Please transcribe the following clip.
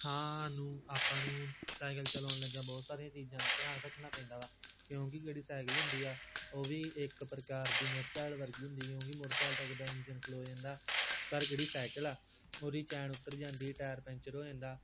ਹਾਂ ਨੂੰ ਆਪਾਂ ਨੂੰ ਸਾਈਕਲ ਚਲਾਉਣ ਲੱਗਿਆ ਬਹੁਤ ਸਾਰੀਆਂ ਚੀਜ਼ਾਂ ਦਾ ਧਿਆਨ ਰੱਖਣਾ ਪੈਂਦਾ ਵਾ ਕਿਉਂਕਿ ਜਿਹੜੀ ਸਾਈਕਲ ਹੁੰਦੀ ਆ ਉਹ ਵੀ ਇੱਕ ਪ੍ਰਕਾਰ ਦੀ ਮੋਟਰਸਾਈਕਲ ਵਰਗੀ ਹੁੰਦੀ ਕਿਉਂਕਿ ਮੋਟਰਸਾਈਕਲ ਦਾ ਜਿੱਦਾਂ ਇੰਜਨ ਖਲੋ ਜਾਂਦਾ ਪਰ ਜਿਹੜੀ ਸਾਈਕਲ ਆ ਉਹਦੀ ਚੈਨ ਉਤਰ ਜਾਂਦੀ ਟਾਇਰ ਪੈਂਚਰ ਹੋ ਜਾਂਦਾ